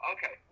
Okay